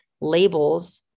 labels